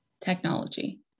technology